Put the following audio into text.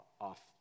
off